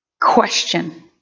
question